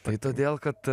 tai todėl kad